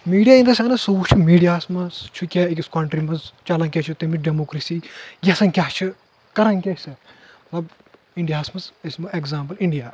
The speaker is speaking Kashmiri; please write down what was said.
میٖڈیا اِن دَ سینٕس سُہ وٕچھِ میٖڈیاہس منٛز چھُ کیٛاہ أکِس کونٹری منٛز چلان کیٛاہ چھُ تمیُک ڈیموکریسی یژھان کیٛاہ چھِ کران کیٛاہ چھِ سۄ مطلب انڈیاہس منٛز أسۍ دِمو اٮ۪کزامپٕل انڈیا